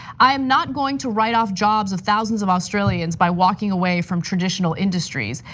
i am not going to write off jobs of thousands of australians by walking away from traditional industries.